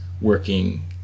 working